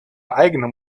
eigenen